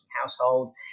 household